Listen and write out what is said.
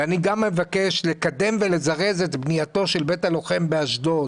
ואני גם מבקש לקדם ולזרז את בנייתו של בית הלוחם באשדוד.